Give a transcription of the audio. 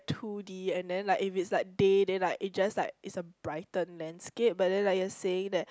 two D and then like if is like day then like it just like it's a brightened landscape but then like you are saying that